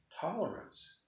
Tolerance